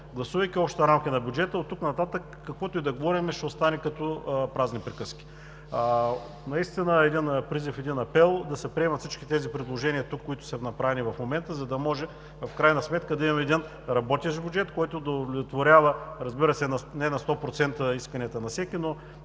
гласувайки общата рамка на бюджета, оттук нататък каквото и да говорим, ще остане като празни приказки. Наистина един призив, един апел: да се приемат всички тези предложения, които са направени тук в момента, за да може в крайна сметка да имаме един работещ бюджет, който да удовлетворява, разбира се, не на 100% исканията на всеки, но